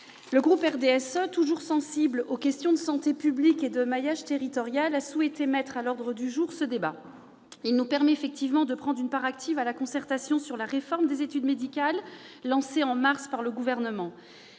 Le groupe du RDSE, toujours sensible aux questions de santé publique et de maillage territorial, a souhaité mettre à l'ordre du jour ce débat, qui nous permet de prendre une part active à la concertation sur la réforme des études médicales lancée en mars dernier par le Gouvernement.